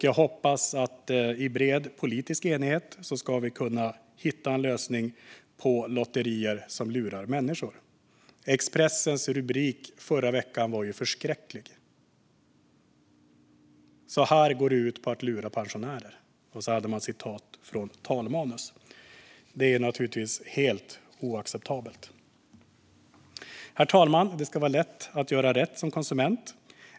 Jag hoppas att vi i bred politisk enighet ska kunna hitta en lösning när det gäller lotterier som lurar människor. Expressens rubrik förra veckan var förskräcklig. Det handlade om hur det går till att lura pensionärer, och man hade citat från talmanus. Detta är naturligtvis helt oacceptabelt. Herr talman! Det ska vara lätt att göra rätt som konsument.